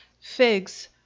figs